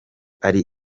ari